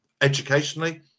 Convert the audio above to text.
educationally